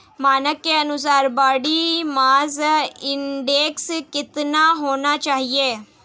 मानक के अनुसार बॉडी मास इंडेक्स कितना होना चाहिए?